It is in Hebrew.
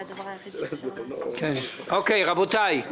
רבותיי,